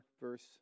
verse